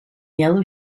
yellow